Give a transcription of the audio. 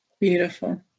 Beautiful